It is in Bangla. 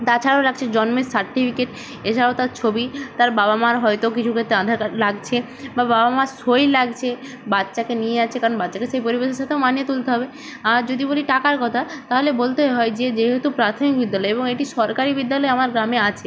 তাছাড়াও লাগছে জন্মের সার্টিফিকেট এছাড়াও তার ছবি তার বাবা মার হয়তো কিছু ক্ষেত্রে আধার কার্ড লাগছে বা বাবা মার সই লাগছে বাচ্চাকে নিয়ে যাচ্ছে কারণ বাচ্চাকে সেই পরিবেশে সে তো মানিয়ে তুলতে হবে আর যদি বলি টাকার কথা তাহলে বলতে হয় যে যেহেতু প্রাথমিক বিদ্যালয় এবং এটি সরকারি বিদ্যালয় আমার গ্রামে আছে